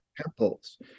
temples